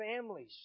families